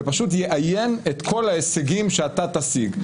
ופשוט יאיין את כל ההישגים שאתה תשיג,